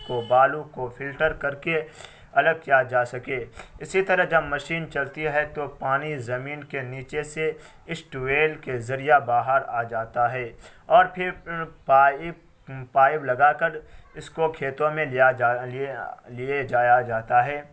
کو بالو کو فلٹر کر کے الگ کیا جا سکے اسی طرح جب مشین چلتی ہے تو پانی زمین کے نیچے سے اس ٹویل کے ذریعہ باہر آ جاتا ہے اور پھر پائپ پائپ لگا کر اس کو کھیتوں میں لیا جا لیے جایا جاتا ہے